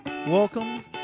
Welcome